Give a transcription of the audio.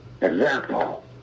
Example